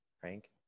Frank